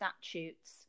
statutes